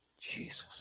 Jesus